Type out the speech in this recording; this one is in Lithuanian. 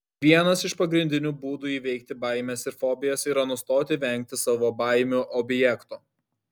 vienas iš pagrindinių būdų įveikti baimes ir fobijas yra nustoti vengti savo baimių objekto